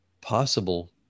possible